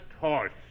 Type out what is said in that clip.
horse